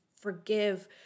forgive